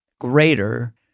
greater